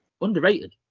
underrated